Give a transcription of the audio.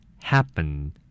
Happen